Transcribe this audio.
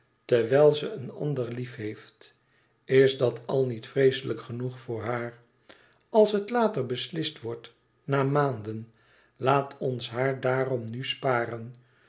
terwijl ze een ander liefheeft is dat al niet vreeslijk genoeg voor haar als het later beslist wordt na maanden laat ons haar daarom dus nu sparen